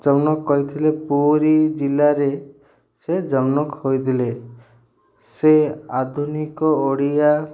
ଜନ୍ମ କରିଥିଲେ ପୁରୀ ଜିଲ୍ଲାରେ ସେ ଜନ୍ମ ହୋଇଥିଲେ ସେ ଆଧୁନିକ ଓଡ଼ିଆ